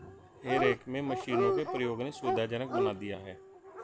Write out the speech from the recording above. हे रेक में मशीनों के प्रयोग ने सुविधाजनक बना दिया है